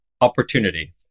opportunity